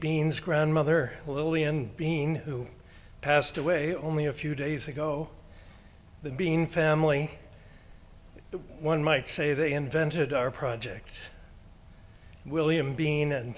beans grandmother william being who passed away only a few days ago but being family one might say they invented our project william being and